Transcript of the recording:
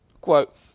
quote